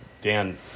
dan